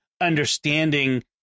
understanding